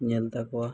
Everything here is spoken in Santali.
ᱧᱮᱞ ᱛᱟᱠᱚᱣᱟ